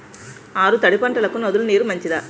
ఆరు తడి పంటలకు నదుల నీరు మంచిదా?